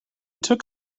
took